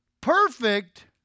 Perfect